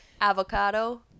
Avocado